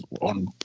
on